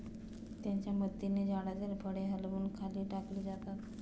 याच्या मदतीने झाडातील फळे हलवून खाली टाकली जातात